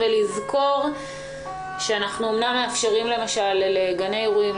ולזכור שאנחנו אמנם מאפשרים למשל לגני אירועים,